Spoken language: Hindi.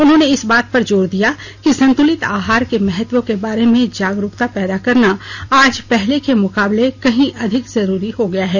उन्होंने इस बात पर जोर दिया कि संतुलित आहार के महत्व के बारे में जागरूकता पैदा करना आज पहले के मुकाबले कहीं अधिक जरूरी हो गया है